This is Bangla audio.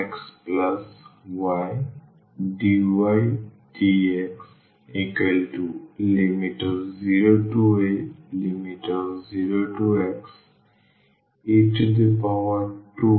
0xdx 0aexy